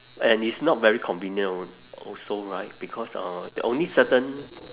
and it's not very convenient al~ also right because uh only certain